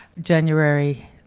January